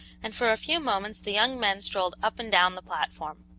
and for a few moments the young men strolled up and down the platform.